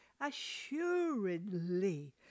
Assuredly